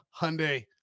hyundai